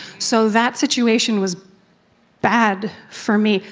so that situation was bad for me.